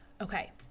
okay